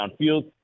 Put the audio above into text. downfield